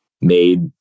made